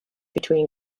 between